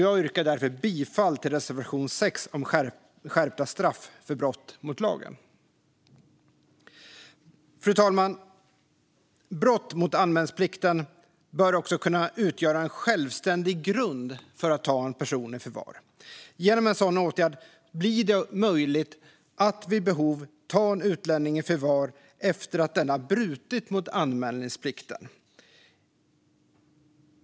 Jag yrkar därför bifall till reservation 6 om skärpta straff för brott mot lagen. Fru talman! Brott mot anmälningsplikten bör också kunna utgöra en självständig grund för att ta en person i förvar. Genom en sådan åtgärd blir det möjligt att vid behov ta en utlänning i förvar efter att denne har brutit mot anmälningsplikten.